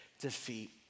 defeat